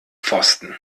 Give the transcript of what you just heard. pfosten